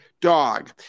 dog